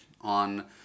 on